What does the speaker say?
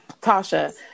Tasha